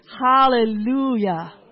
hallelujah